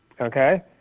okay